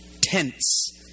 tense